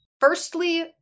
Firstly